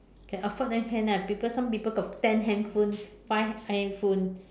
that offer than can ah people some people have ten handphone five handphone